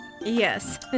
Yes